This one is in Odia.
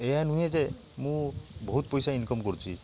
ଏହା ନୁହେଁ ଯେ ମୁଁ ବହୁତ ପଇସା ଇନକମ କରୁଛି